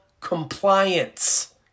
compliance